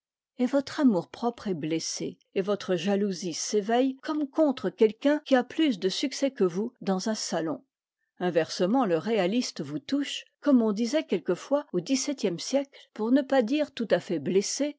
et votre amour-propre est blessé et votre jalousie s'éveille comme contre quelqu'un qui a plus de succès que vous dans un salon inversement le réaliste vous touche comme on disait quelquefois au xviie siècle pour ne pas dire tout à fait blesser